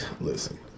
Listen